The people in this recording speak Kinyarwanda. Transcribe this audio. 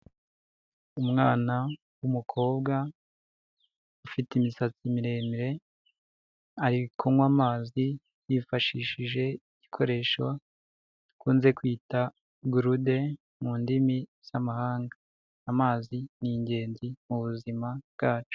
Umwana w'umukobwa ufite imisatsi miremire ari kunywa amazi yifashishije igikoresho gikunze kwitwa gurude mu ndimi z'amahanga amazi ni ingenzi mu buzima bwacu.